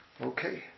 Okay